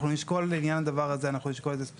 אנחנו נשקול את זה ספציפית,